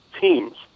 teams